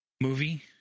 movie